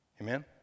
Amen